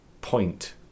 point